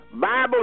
Bible